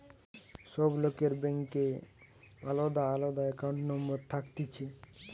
সব লোকের ব্যাংকে আলদা আলদা একাউন্ট নম্বর থাকতিছে